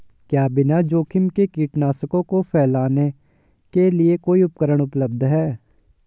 क्या बिना जोखिम के कीटनाशकों को फैलाने के लिए कोई उपकरण उपलब्ध है?